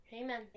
Amen